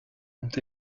ont